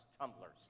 tumblers